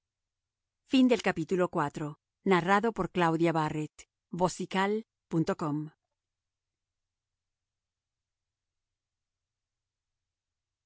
luego el manto